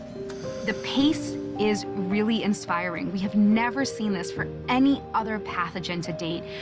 the pace is really inspiring. we have never seen this for any other pathogen to date,